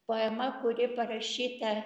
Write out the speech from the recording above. poema kuri parašyta